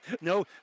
No